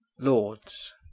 LORDS